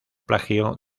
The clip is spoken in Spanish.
plagio